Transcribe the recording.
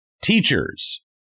teachers